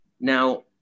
Now